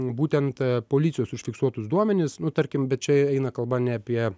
būtent policijos užfiksuotus duomenis nu tarkim bet čia eina kalba ne apie